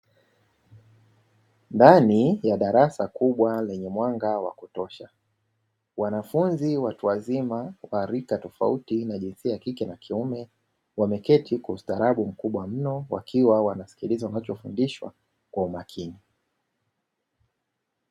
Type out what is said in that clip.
Ndani ya darasa ya darasa kubwa lenye mwanga wa kutosha wanafunzi watu wazima wa rika tofauti na jinsia ya kike na kuime, wameketi kwa ustarabu mkubwa mno, wakiwa wanasikiliza wanacho fundishwa kwa umakini.